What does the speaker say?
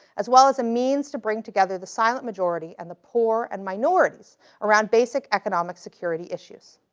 as well as a means to bring together the silent majority and the poor and minorities around basic economic security issues.